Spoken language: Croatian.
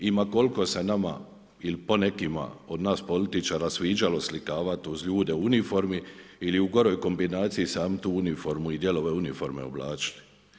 I ma koliko se nama ili po nekima od nas političara sviđa oslikavat uz ljude u uniformi ili u goroj kombinaciji samu tu uniformu i dijelove uniforme oblačili.